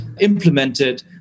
implemented